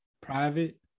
private